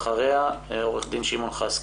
אחריה עורך דין שמעון חסקי,